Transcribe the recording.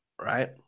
right